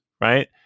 Right